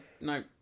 no